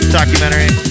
documentary